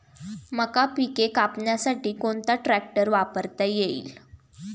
मका पिके कापण्यासाठी कोणता ट्रॅक्टर वापरता येईल?